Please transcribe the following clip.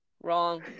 wrong